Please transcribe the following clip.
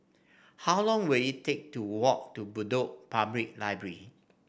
how long will it take to walk to Bedok Public Library